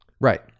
Right